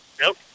Nope